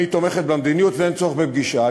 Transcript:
אני תומכת במדיניות ואין צורך בפגישה.